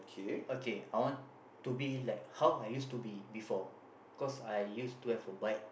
okay I want to be like how I used to be before cause I used to have a bike